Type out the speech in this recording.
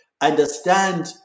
Understand